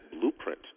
blueprint